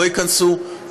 הן לא ייכנסו,